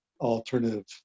alternative